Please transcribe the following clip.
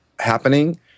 happening